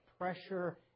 pressure